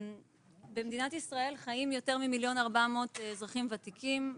במדינת ישראל חיים יותר ממיליון ו-400 אזרחים ותיקים,